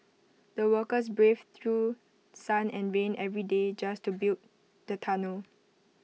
the workers braved through sun and rain every day just to build the tunnel